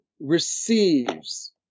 receives